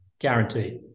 Guaranteed